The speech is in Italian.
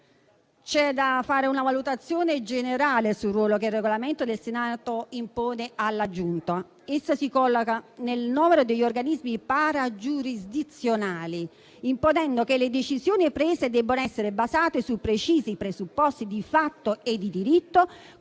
C'è da fare una valutazione generale sul ruolo che il Regolamento del Senato impone alla Giunta. Essa si colloca nel novero degli organismi paragiurisdizionali, imponendo che le decisioni prese debbono essere basate su precisi presupposti di fatto e di diritto,